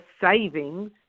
savings